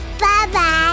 bye-bye